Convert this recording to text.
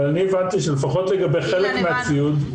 אבל אני הבנתי שלפחות לגבי חלק מן הציוד,